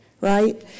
right